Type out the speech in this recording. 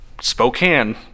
Spokane